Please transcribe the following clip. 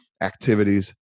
activities